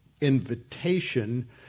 invitation